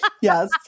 Yes